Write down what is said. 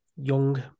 young